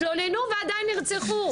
התלוננו ועדיין נרצחו.